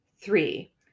Three